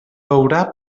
veurà